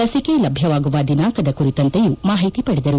ಲಸಿಕೆ ಲಭ್ಯವಾಗುವ ದಿನಾಂಕದ ಕುರಿತಂತೆಯೂ ಮಾಹಿತಿ ಪಡೆದರು